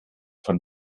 von